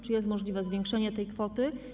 Czy jest możliwe zwiększenie tej kwoty?